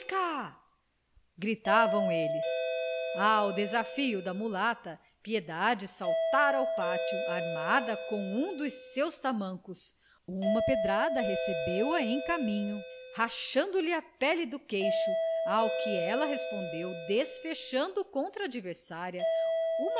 gritavam eles ao desafio da mulata piedade saltara ao pátio armada com um dos seus tamancos uma pedrada recebeu-a em caminho rachando lhe a pele do queixo ao que ela respondeu desfechando contra a adversária